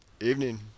Evening